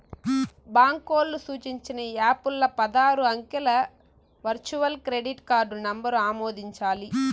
బాంకోల్లు సూచించిన యాపుల్ల పదారు అంకెల వర్చువల్ క్రెడిట్ కార్డు నంబరు ఆమోదించాలి